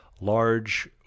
large